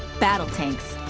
battle tanks.